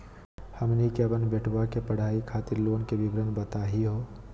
हमनी के अपन बेटवा के पढाई खातीर लोन के विवरण बताही हो?